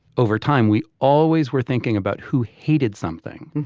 over time, we always were thinking about who hated something.